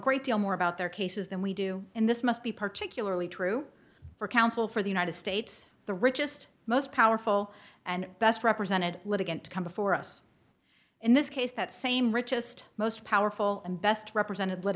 great deal more about their cases than we do and this must be particularly true for counsel for the united states the richest most powerful and best represented litigant to come before us in this case that same richest most powerful and best represented